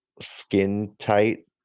skin-tight